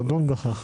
נדון בכך.